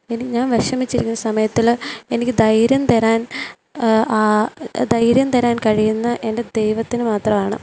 ഞാൻ വിഷമിച്ചിരിക്കുന്ന സമയത്തിൽ എനിക്ക് ധൈര്യം തരാൻ ധൈര്യം തരാൻ കഴിയുന്ന എൻ്റെ ദൈവത്തിന് മാത്രമാണ്